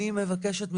אני מבקשת מכם,